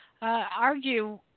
Argue